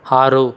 ಆರು